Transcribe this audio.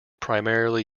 primarily